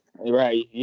Right